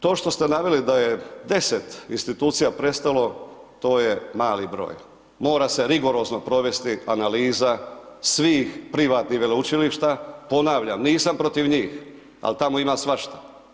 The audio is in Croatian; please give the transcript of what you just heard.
To što ste naveli da je deset institucija prestalo, to je mali broj, mora se rigorozno provesti analiza svih privatnih veleučilišta, ponavljam nisam protiv njih, al' tamo ima svašta.